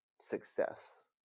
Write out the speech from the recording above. success